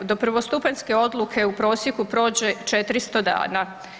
Do prvostupanjske odluke u prosjeku prođe 400 dana.